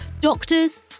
doctors